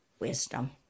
wisdom